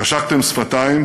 חשקתם שפתיים